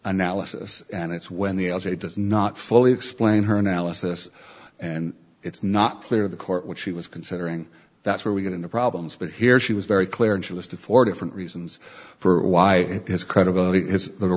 analysis and it's when the l c a does not fully explain her analysis and it's not clear to the court which she was considering that's where we get into problems but here she was very clear and she was to for different reasons for why his credibility is the